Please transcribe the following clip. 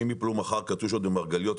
אם יפלו מחר קטיושות במרגליות,